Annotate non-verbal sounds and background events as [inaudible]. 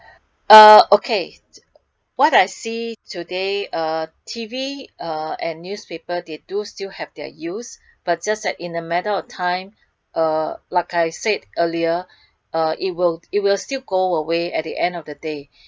[breath] uh okay what I see today uh T_V uh and newspaper they do still have their use [breath] but just that in a matter of time [breath] uh like I said earlier [breath] uh it will it will still go away at the end of the day [breath]